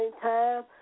time